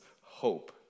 hope